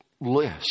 list